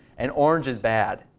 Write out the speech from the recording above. and orange is bad.